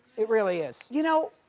it really is. you know,